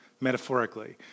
metaphorically